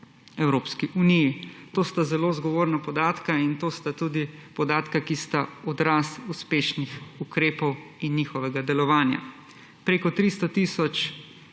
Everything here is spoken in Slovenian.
Evropski uniji. To sta zelo zgovorna podatka in to sta tudi podatka, ki sta odraz uspešnih ukrepov in njihovega delovanja. Prek 300 tisoč